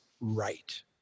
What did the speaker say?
right